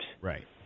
Right